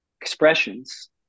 expressions